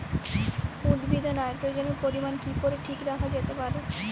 উদ্ভিদে নাইট্রোজেনের পরিমাণ কি করে ঠিক রাখা যেতে পারে?